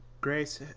Grace